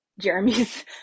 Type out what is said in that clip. Jeremy's